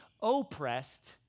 oppressed